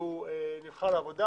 והוא נבחר לתפקיד,